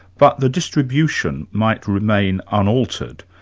but the distribution might remain unaltered,